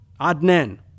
Adnan